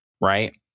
Right